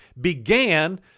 began